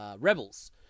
Rebels